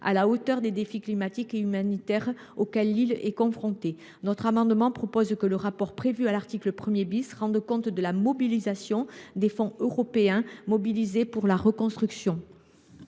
à la hauteur des défis climatiques et humanitaires auxquels l’île est confrontée. Par cet amendement, nous proposons que le rapport prévu à l’article 1 rende compte de l’ampleur des fonds européens mobilisés pour la reconstruction.